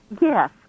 Yes